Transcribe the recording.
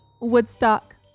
Woodstock